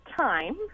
time